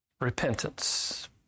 Repentance